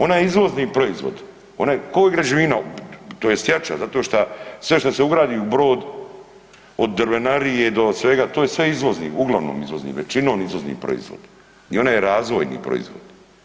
Ona je izvozni proizvod, ona je ko i građevina tj. jača zato šta sve šta se ugradi u brod od drvenarije do svega to je sve izvozni, uglavnom izvozni, većinom izvozni proizvod i ona je razvojni proizvod.